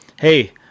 Hey